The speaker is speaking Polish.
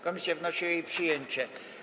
Komisja wnosi o jej przyjęcie.